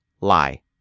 lie